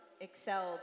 excelled